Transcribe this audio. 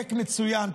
מחוקק מצוין,